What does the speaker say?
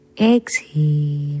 Exhale